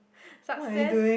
success